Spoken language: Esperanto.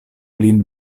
lin